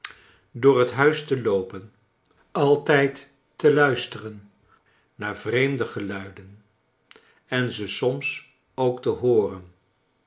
door het huis te loopen altijd te luisteren naar vreemde geluiden en ze soms ook te hooren